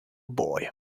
boy